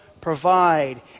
provide